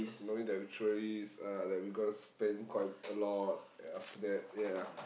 knowing that we tourists uh like we gonna spend quite a lot ya after that ya